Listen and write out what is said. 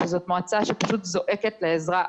שזאת מועצה שזועקת לעזרה,